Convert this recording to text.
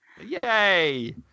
yay